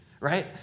right